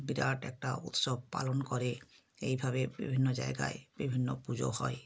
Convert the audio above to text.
বিরাট একটা উৎসব পালন করে এইভাবে বিভিন্ন জায়গায় বিভিন্ন পুজো হয়